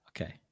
Okay